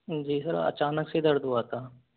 जी sir अचानक से ही दर्द हुआ था